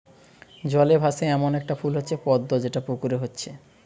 জলে ভাসে এ্যামন একটা ফুল হচ্ছে পদ্ম যেটা পুকুরে হচ্ছে